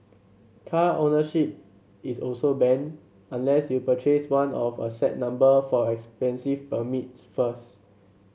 car ownership is also banned unless you purchase one of a set number for expensive permits first